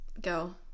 go